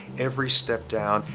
every step down,